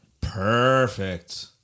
Perfect